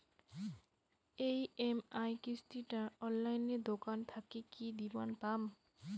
EMI কিস্তি টা অনলাইনে দোকান থাকি কি দিবার পাম?